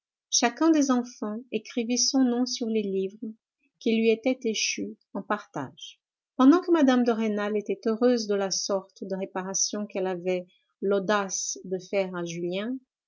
chacun des enfants écrivît son nom sur les livres qui lui étaient échus en partage pendant que mme de rênal était heureuse de la sorte de réparation qu'elle avait l'audace de faire à julien